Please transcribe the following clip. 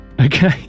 Okay